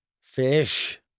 Fish